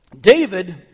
David